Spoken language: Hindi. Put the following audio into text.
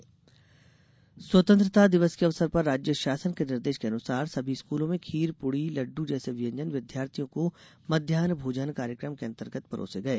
स्कूल दिवस स्वतंत्रता दिवस के अवसर पर राज्य शासन के निर्देश के अनुसार सभी स्कूलों में खीर पुड़ी लड्ड जैसे व्यंजन विद्यार्थियों को मध्यान्ह भोजन कार्यक्रम के अंतर्गत परोसे गए